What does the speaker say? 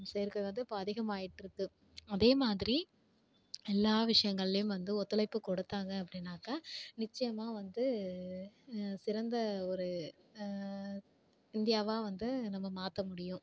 சேர்க்கை வந்து இப்ப அதிகமாயிகிட்ருக்கு அதே மாதிரி எல்லா விஷயங்கள்லையும் வந்து ஒத்துழைப்பு கொடுத்தாங்க அப்படின்னாக்கா நிச்சயமாக வந்து சிறந்த ஒரு இந்தியாவாக வந்து நம்ம மாற்ற முடியும்